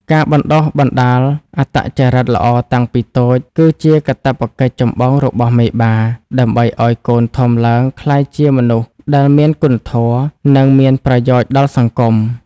ការបណ្ដុះបណ្ដាលអត្តចរិតល្អតាំងពីតូច គឺជាកាតព្វកិច្ចចម្បងរបស់មេបា ដើម្បីឱ្យកូនធំឡើងក្លាយជាមនុស្សដែលមានគុណធម៌ និងមានប្រយោជន៍ដល់សង្គម។